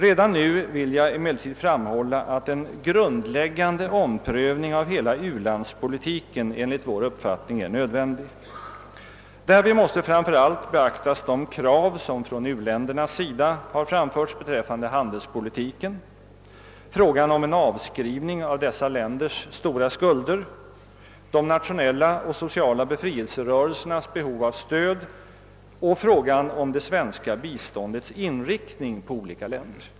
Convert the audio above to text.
Redan nu vill jag emellertid framhålla att en grundläggande omprövning av hela u-landspolitiken enligt vår uppfattning är nödvändig. Därvid måste framför allt beaktas de krav som från u-ländernas sida har framförts beträffande handelspolitiken, frågan om en avskrivning av dessa länders stora skulder, de nationella och sociala befrielserörelsernas behov av stöd samt frågan om det svenska biståndets inriktning på olika länder.